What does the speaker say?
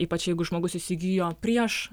ypač jeigu žmogus įsigijo prieš